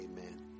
amen